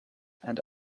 and